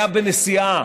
הוא היה בנסיעה,